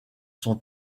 son